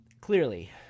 clearly